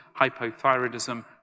hypothyroidism